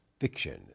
fiction